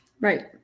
Right